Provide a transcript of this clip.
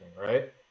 right